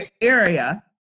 area